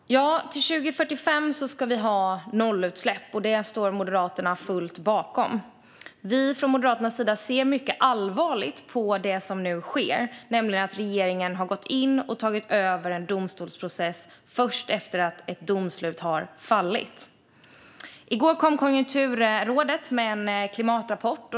Fru talman! Till 2045 ska vi ha nollutsläpp, och det står Moderaterna fullt bakom. Från Moderaternas sida ser vi mycket allvarligt på det som nu sker, nämligen att regeringen har gått in och tagit över en domstolsprocess först efter att ett domslut har fallit. I går kom Konjunkturrådet med en klimatrapport.